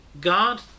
God